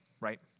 right